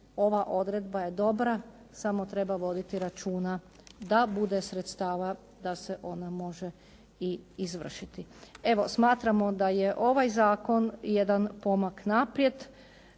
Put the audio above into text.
Ova odredba je dobra samo treba voditi računa da bude sredstava da se ona može i izvršiti. Evo smatramo da je ovaj zakon jedan pomak naprijed,